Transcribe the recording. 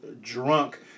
Drunk